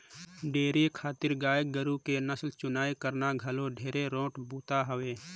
dairy खातिर गाय गोरु के नसल चुनई करना घलो ढेरे रोंट बूता हवे